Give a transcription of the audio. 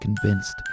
convinced